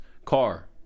Car